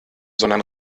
sondern